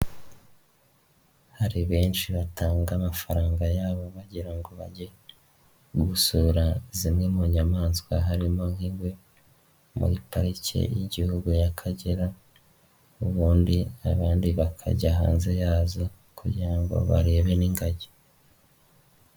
Hari benshi batanga amafaranga yabo bagira ngo bajye, gusura zimwe mu nyamaswa harimo nk'ingwe, muri parike y'igihugu y'akagera, ubundi abandi bakajya hanze yazo kugira ngo barebe n'ingagi.